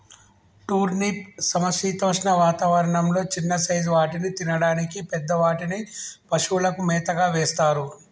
turnip సమశీతోష్ణ వాతావరణం లొ చిన్న సైజ్ వాటిని తినడానికి, పెద్ద వాటిని పశువులకు మేతగా వేస్తారు